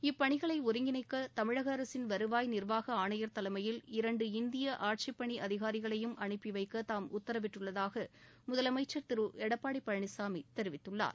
இப்பணிகளை ஒருங்கிணைக்க தமிழக அரசின் வருவாய் நிர்வாக ஆணையர் தலைமையில் இரண்டு இந்திய ஆட்சிப்பணி அதிகாரிகளையும் அனுப்பி வைக்க தாம் உத்தரவிட்டுள்ளதாக முதலமைச்சர் திரு எடப்பாடி பழனிசாமி தெரிவித்துள்ளார்